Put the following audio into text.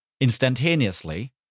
instantaneously